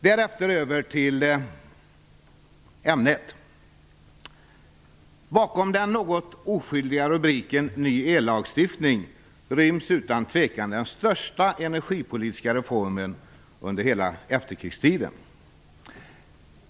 Därefter över till ämnet: Bakom den något oskyldiga rubriken "Ny ellagstiftning" ryms utan tvekan den största energipolitiska reformen under hela efterkrigstiden.